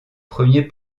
premiers